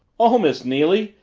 oh, miss neily!